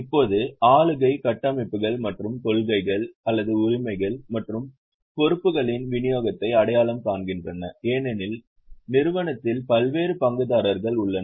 இப்போது ஆளுகை கட்டமைப்புகள் மற்றும் கொள்கைகள் உரிமைகள் மற்றும் பொறுப்புகளின் விநியோகத்தை அடையாளம் காண்கின்றன ஏனெனில் நிறுவனத்தில் பல்வேறு பங்குதாரர்கள் உள்ளனர்